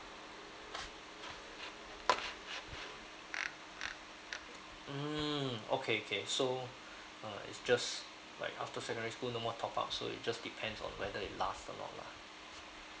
mm okay okay so uh it's just like after secondary school no more top up so it just depends on whether it last or not lah